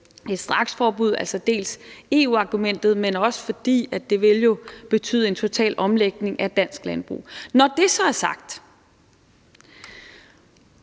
et straksforbud, altså dels på grund af EU-argumentet, dels fordi det jo vil betyde en total omlægning af dansk landbrug. Når det så er sagt,